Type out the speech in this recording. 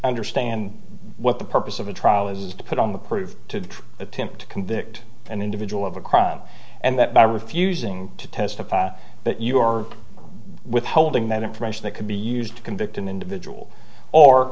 understand what the purpose of a trial is is to put on the proof to attempt to convict an individual of a crime and that by refusing to testify that you are withholding that information that could be used to convict an individual or